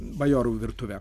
bajorų virtuvę